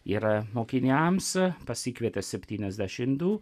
yra mokiniams pasikvietė septyniasdešimt du